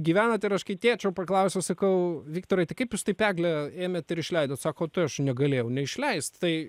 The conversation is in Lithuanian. gyvenat ir aš kai tėčio paklausiau sakau viktorai tai kaip jūs taip eglę ėmėt ir išleidot sako tai aš negalėjau neišleist tai